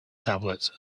tablet